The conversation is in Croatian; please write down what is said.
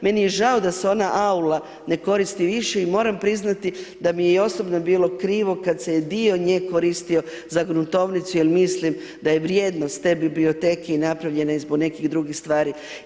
Meni je žao da se ona aula ne koristi više i moram priznati da mi je i osobno bilo krivo kad se je dio nje koristio za Gruntovnicu jel mislim da je vrijednost te biblioteke i napravljena je zbog nekih drugih stvari.